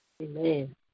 Amen